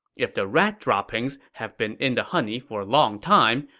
if the rat droppings have been in the honey for a long time,